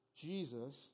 Jesus